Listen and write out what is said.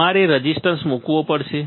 અમારે રેઝિસ્ટન્સ મૂકવો પડશે